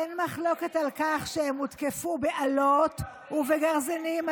אין מחלוקת על כך שהם הותקפו באלות ובגרזינים,